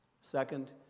Second